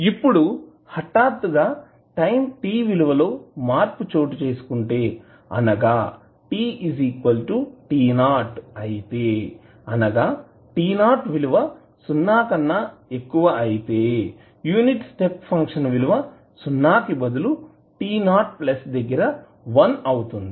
ఇప్పుడు హఠాత్తుగా time t విలువ లో మార్పు చోటు చేసుకుంటే అనగా t t 0 అయితే అనగా t 0 విలువ సున్నా కన్నా ఎక్కువ అయితే యూనిట్ స్టెప్ ఫంక్షన్ విలువ సున్నాకి బదులు t 0 దగ్గర వన్ అవుతుంది